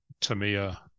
Tamiya